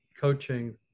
coaching